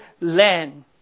land